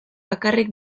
bakarrik